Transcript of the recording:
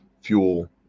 fuel